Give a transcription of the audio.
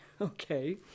okay